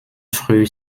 früh